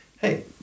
Hey